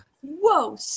Whoa